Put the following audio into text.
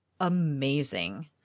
Amazing